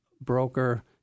broker